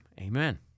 Amen